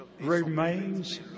remains